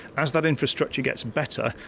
as that infrastructure gets better,